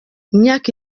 imyaka